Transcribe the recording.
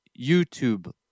YouTube